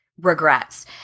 regrets